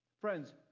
friends